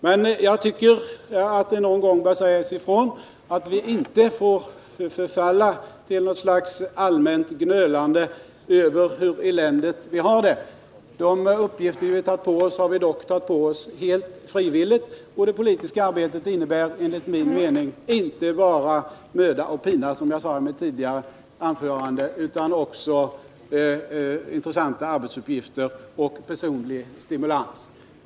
Men jag tycker att det någon gång bör sägas ifrån att vi inte får förfalla till något slags allmänt gnölande över hur eländigt vi har det. De uppgifter vi har tagit på oss har vi dock tagit på oss helt frivilligt. Det politiska arbetet innebär inte bara möda och pina, som jag sade i mitt tidigare anförande, utan också intressanta arbetsuppgifter och personlig stimulans.